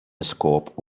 iskop